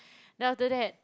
then after that